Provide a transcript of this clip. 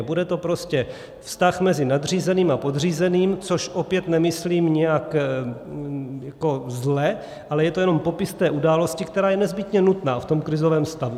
Bude to prostě vztah mezi nadřízeným a podřízeným, což opět nemyslím nijak jako zle, ale je to jenom popis té události, která je nezbytně nutná v tom krizovém stavu.